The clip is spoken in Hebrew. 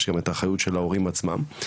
של ההורים עצמם.